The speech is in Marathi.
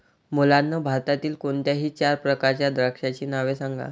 मुलांनो भारतातील कोणत्याही चार प्रकारच्या द्राक्षांची नावे सांगा